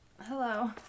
Hello